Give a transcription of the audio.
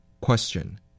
Question